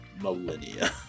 millennia